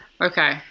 Okay